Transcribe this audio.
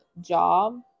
job